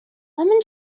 lemon